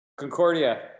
Concordia